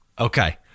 Okay